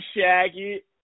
shaggy